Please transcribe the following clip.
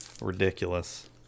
Ridiculous